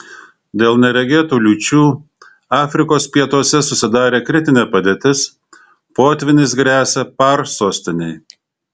dėl neregėtų liūčių afrikos pietuose susidarė kritinė padėtis potvynis gresia par sostinei